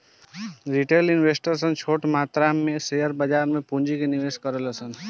retail investor सन छोट मात्रा में शेयर बाजार में पूंजी के निवेश करेले सन